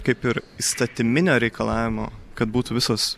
kaip ir įstatyminio reikalavimo kad būtų visos